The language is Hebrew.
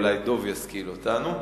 אולי דב ישכיל אותנו.